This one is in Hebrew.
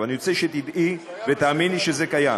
אבל אני רוצה שתדעי ותאמיני שזה קיים.